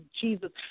Jesus